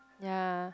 ya